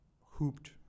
hooped